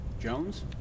jones